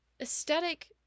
aesthetic